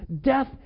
Death